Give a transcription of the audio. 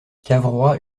cavrois